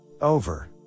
over